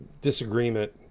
disagreement